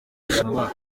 rushanwa